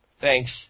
Thanks